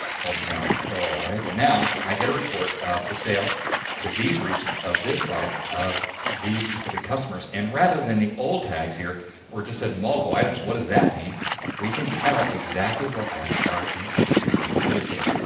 holding down control, alright so now i get a report of the sales to these regions of this product of these specific customers and rather than the old tags here we're just said multiple items, what does that mean we can tell exactly what items are included in the pivot table,